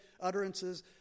utterances